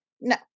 No